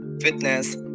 fitness